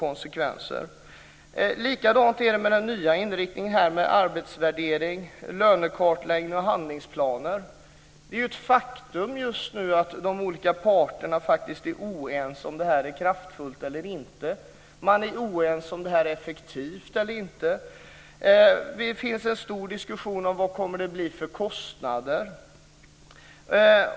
Det är likadant med den nya inriktningen på arbetsvärdering, lönekartläggning och handlingsplaner. Det är ett faktum just nu att de olika parterna är oense om det här är kraftfullt eller inte. Man är oense om det här är effektivt eller inte. Det finns en stor diskussion om vad det kommer att bli för kostnader.